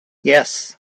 yes